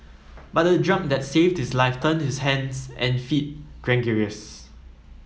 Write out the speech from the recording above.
but the drug that saved this life turned his hands and feet gangrenous